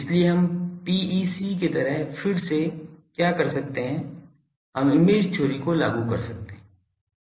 इसलिए हम PEC की तरह फिर से क्या कर सकते हैं हम इमेज थ्योरी को लागू कर सकते हैं